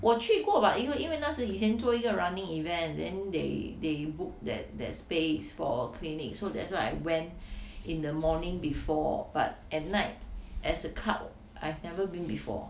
我去过 but 因为因为那是以前做过一个 running event then they they book that that space for clinic so that's why I went in the morning before but at night as a cult I've never been before